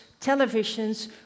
televisions